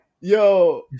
Yo